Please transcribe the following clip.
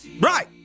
Right